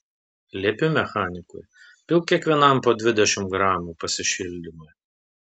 liepiu mechanikui pilk kiekvienam po dvidešimt gramų pasišildymui